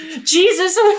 Jesus